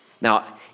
Now